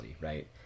right